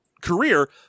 Career